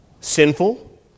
sinful